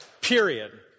Period